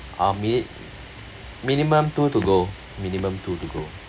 uh min~ minimum two to go minimum two to go